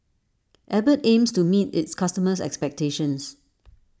Abbott aims to meet its customers' expectations